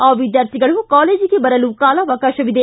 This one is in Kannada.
ಆ ವಿದ್ಯಾರ್ಥಿಗಳು ಕಾಲೇಜಿಗೆ ಬರಲು ಕಾಲಾವಕಾಶವಿದೆ